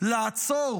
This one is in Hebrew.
לעצור